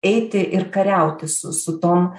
eiti ir kariauti su su tom